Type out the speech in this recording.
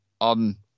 on